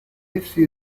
essi